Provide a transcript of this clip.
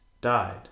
died